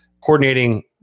coordinating